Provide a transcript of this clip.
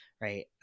right